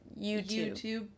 YouTube